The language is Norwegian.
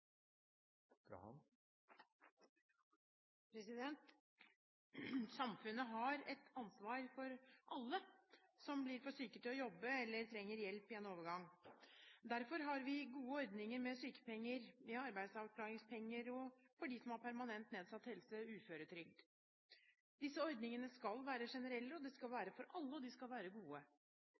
Samfunnet har et ansvar for alle som blir for syke til å jobbe eller trenger hjelp i en overgangsfase. Derfor har vi gode ordninger med sykepenger, arbeidsavklaringspenger og – for dem som har permanent nedsatt helse – uføretrygd. Disse ordningene skal være generelle, de skal være for alle, og de skal være gode.